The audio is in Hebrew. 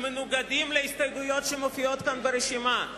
שמנוגדים להסתייגויות שמופיעות כאן ברשימה.